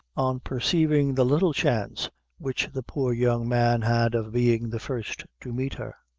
on perceiving the little chance which the poor young man had of being the first to meet her,